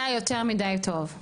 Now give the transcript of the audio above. זה היה יותר מדי טוב?